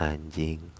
Anjing